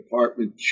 department